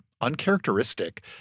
uncharacteristic